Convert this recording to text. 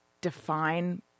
define